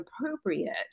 appropriate